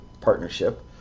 partnership